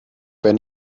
wenn